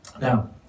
Now